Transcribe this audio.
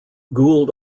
gould